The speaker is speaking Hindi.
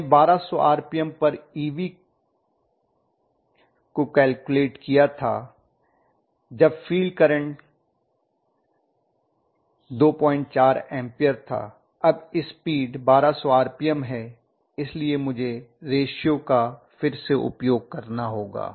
हमने 1200 आरपीएम पर Eb की कैलकुलेट किया था जब फील्ड करंट 24 एम्पेयर था अब स्पीड 1200 आरपीएम हैं इसलिए मुझे रेश्यो का फिर से उपयोग करना होगा